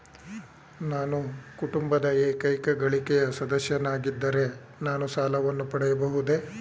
ನಾನು ಕುಟುಂಬದ ಏಕೈಕ ಗಳಿಕೆಯ ಸದಸ್ಯನಾಗಿದ್ದರೆ ನಾನು ಸಾಲವನ್ನು ಪಡೆಯಬಹುದೇ?